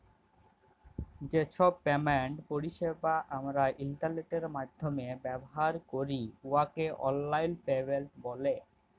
যে ছব পেমেন্ট পরিছেবা আমরা ইলটারলেটের মাইধ্যমে ব্যাভার ক্যরি উয়াকে অললাইল পেমেল্ট ব্যলে